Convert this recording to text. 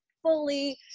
fully